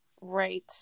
Right